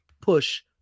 push